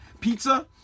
pizza